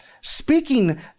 Speaking